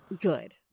Good